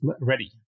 ready